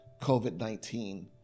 COVID-19